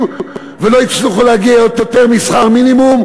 ולא הצליחו להגיע ליותר משכר מינימום?